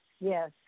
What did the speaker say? yes